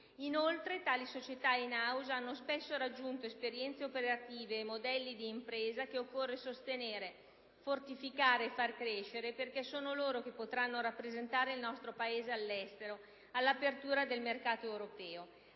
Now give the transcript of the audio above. Inoltre, tali società *in* *house* hanno spesso raggiunto esperienze operative e modelli d'impresa che occorre sostenere, fortificare e far crescere, perché sono quelli che potranno rappresentare il nostro Paese all'estero, all'apertura del mercato europeo;